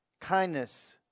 Kindness